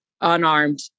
unarmed